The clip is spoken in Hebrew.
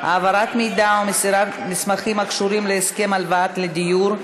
העברת מידע ומסירת מסמכים הקשורים להסכם הלוואה לדיור),